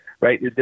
right